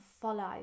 follow